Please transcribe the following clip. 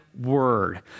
word